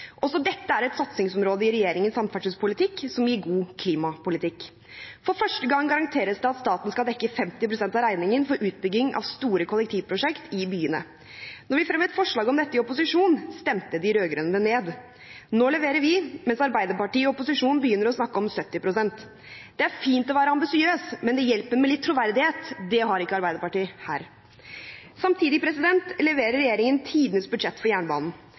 Også dette er et satsingsområde i regjeringens samferdselspolitikk, som gir god klimapolitikk. For første gang garanteres det at staten skal dekke 50 pst. av regningen for utbygging av store kollektivprosjekt i byene. Når vi fremmet forslag om dette i opposisjon, stemte de rød-grønne det ned. Nå leverer vi, mens Arbeiderpartiet i opposisjon begynner å snakke om 70 pst. Det er fint å være ambisiøs, men det hjelper med litt troverdighet. Det har ikke Arbeiderpartiet her. Samtidig leverer regjeringen tidenes budsjett for jernbanen.